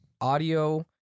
audio